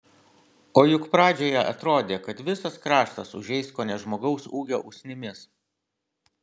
o juk pradžioje atrodė kad visas kraštas užeis kone žmogaus ūgio usnimis